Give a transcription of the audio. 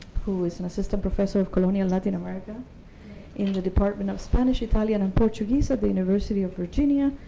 who is an assistant professor of colonial latin america in the department of spanish, italian, and portuguese at the university of virginia.